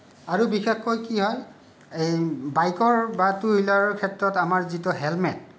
আৰু বিশেষকৈ কি হয় এই বাইকৰ বা টু হুইলাৰৰ ক্ষেত্ৰত আমাৰ যিটো হেলমেট